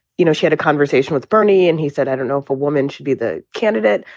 you know, she had a conversation with bernie and he said, i don't know if a woman should be the candidate.